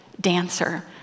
dancer